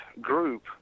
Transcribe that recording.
group